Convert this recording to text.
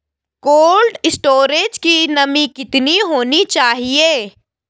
Cold storage की नमी कितनी होनी चाहिए?